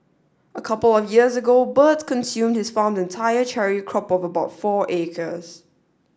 a couple of years ago birds consumed his farm's entire cherry crop of about four acres